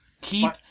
keep